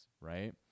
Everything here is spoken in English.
right